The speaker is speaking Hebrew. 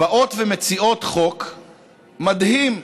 באות ומציעות חוק מדהים,